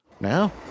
Now